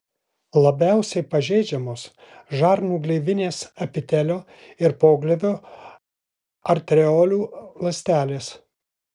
labiausiai pažeidžiamos žarnų gleivinės epitelio ir pogleivio arteriolių ląstelės